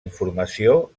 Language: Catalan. informació